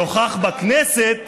נוכח בכנסת?